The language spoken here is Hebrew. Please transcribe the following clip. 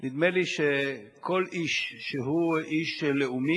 נדמה לי שכל איש שהוא איש לאומי,